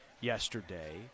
yesterday